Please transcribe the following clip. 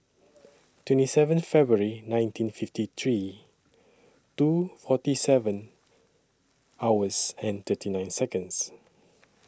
twenty seventh February nineteen fifty three two forty seven hours and thirty nine Seconds